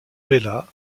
bella